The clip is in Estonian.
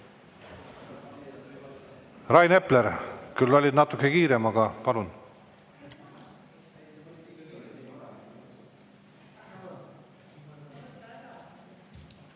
Epler, küll olid natuke kiirem, aga palun!